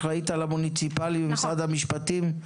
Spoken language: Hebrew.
את אחראית על המוניציפלי במשרד המשפטים?